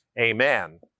Amen